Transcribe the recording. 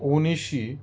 ओनेशी